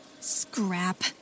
Scrap